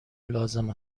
لازم